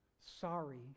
sorry